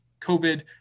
COVID